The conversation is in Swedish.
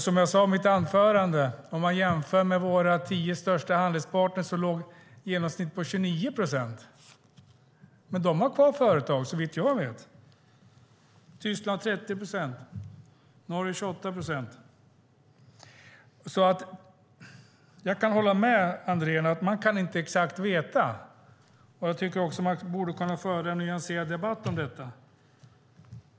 Som jag sade i mitt anförande: Man kan jämföra med våra tio största handelspartner som låg i genomsnitt på 29 procent. Men de har såvitt jag vet kvar företag. Tyskland har 30 procent och Norge har 28 procent. Jag kan hålla med Andrén om att man inte kan veta exakt. Jag tycker också att man borde kunna föra en nyanserad debatt om detta.